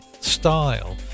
style